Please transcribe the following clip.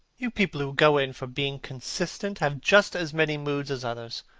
you people who go in for being consistent have just as many moods as others